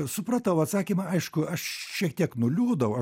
supratau atsakymą aišku aš šiek tiek nuliūdau